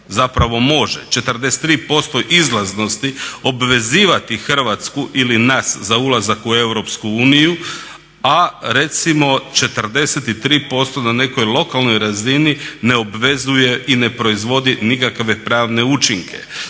zapravo može, 43% izlaznosti obvezivati Hrvatsku ili nas za ulazak u EU a recimo 43% na nekoj lokalnoj razini ne obvezuje i ne proizvodi nikakve pravne učinke.